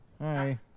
Hi